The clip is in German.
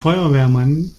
feuerwehrmann